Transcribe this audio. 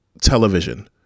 television